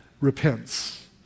Repents